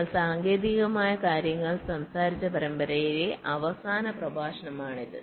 ഞങ്ങൾ സാങ്കേതിക കാര്യങ്ങൾ സംസാരിച്ച പരമ്പരയിലെ അവസാനത്തെ പ്രഭാഷണമാണിത്